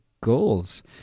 goals